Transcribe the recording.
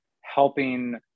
helping